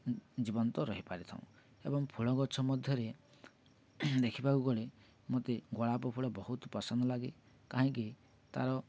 ଜୀବନ୍ତ ରହିପାରିଥାଉଁ ଏବଂ ଫୁଲ ଗଛ ମଧ୍ୟରେ ଦେଖିବାକୁ ଗଲେ ମୋତେ ଗୋଳାପ ଫୁଲ ବହୁତ ପସନ୍ଦ ଲାଗେ କାହିଁକି ତା'ର